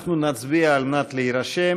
אנחנו נצביע על מנת להירשם,